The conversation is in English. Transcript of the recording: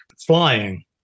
flying